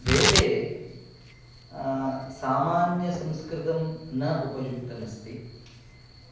वेदे सामान्यसंस्कृतं न उपयुक्तमस्ति